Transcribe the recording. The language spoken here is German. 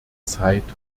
zeit